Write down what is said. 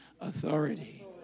authority